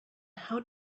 how